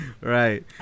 Right